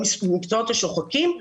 במקצועות השוחקים,